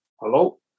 Hello